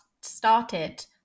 started